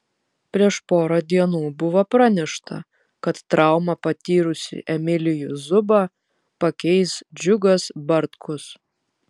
prieš porą dienų buvo pranešta kad traumą patyrusį emilijų zubą pakeis džiugas bartkus